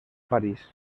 parís